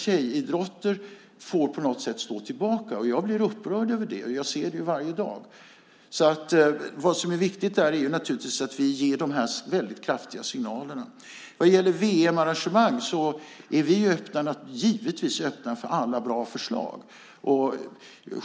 Tjejidrotter får på något sätt stå tillbaka. Jag blir upprörd över det. Jag ser det varje dag. Vad som är viktigt är naturligtvis att vi ger de här väldigt kraftiga signalerna. Vad gäller VM-arrangemang är vi givetvis öppna för alla bra förslag.